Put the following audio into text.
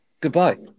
goodbye